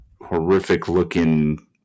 horrific-looking